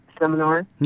seminar